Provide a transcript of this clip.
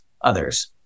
others